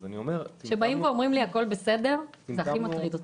אז אני אומר --- כשאומרים לי שהכול בסדר זה הכי מדאיג אותי.